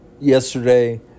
yesterday